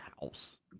house